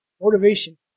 motivation